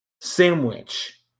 sandwich